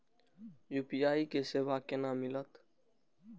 UPI के सेवा केना मिलत?